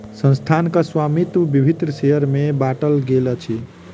संस्थानक स्वामित्व विभिन्न शेयर में बाटल गेल अछि